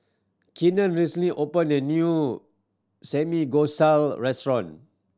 Keenan recently opened a new Samgyeopsal restaurant